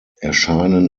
erscheinen